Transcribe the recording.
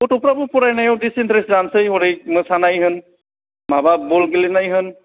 गथ'फ्राबो फरायनायाव डिसइनट्रेस्ट जानोसै होरै मोसानाय होन माबा बल गेलेना होन